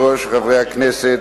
אדוני היושב-ראש, חברי הכנסת,